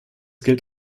gilt